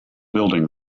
building